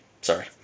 Sorry